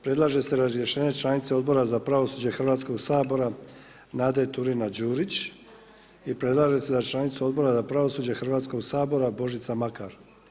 Predlaže se razrješenje članice Odbora za pravosuđe Hrvatskog sabora Nade Turina-Đurić i predlaže se za članicu Odbora za pravosuđe Hrvatskog sabora Božica Makar.